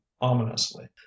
ominously